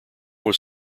was